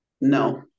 No